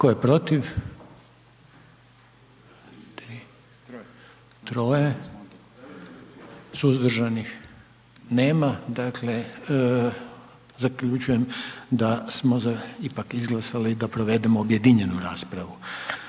Tko je protiv? 3 Suzdržanih nema, dakle, zaključujem da smo ipak izglasali da provedemo objedinjenu raspravu.